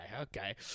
okay